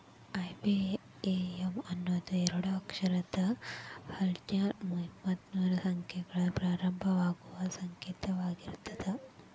IBAN ಅನ್ನೋದು ಎರಡ ಅಕ್ಷರದ್ ಹದ್ನಾಲ್ಕ್ರಿಂದಾ ಮೂವತ್ತರ ತನಕಾ ಸಂಖ್ಯೆಗಳಿಂದ ಪ್ರಾರಂಭವಾಗುವ ಸಂಕೇತವಾಗಿರ್ತದ